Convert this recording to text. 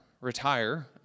retire